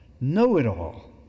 know-it-all